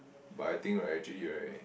but I think right actually right